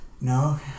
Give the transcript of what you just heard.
No